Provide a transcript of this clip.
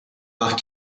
nach